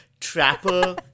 trapper